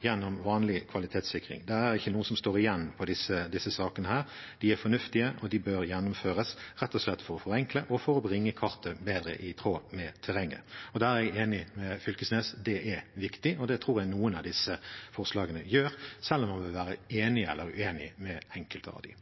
gjennom vanlig kvalitetssikring. Det er ikke noe som står igjen i disse sakene. De er fornuftige, og de bør gjennomføres, rett og slett for å forenkle og for å bringe kartet bedre i tråd med terrenget. Der er jeg enig med representanten Fylkesnes, at det er viktig, og det tror jeg noen av disse forslagene gjør selv om man vil være uenig i enkelte av dem.